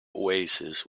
oasis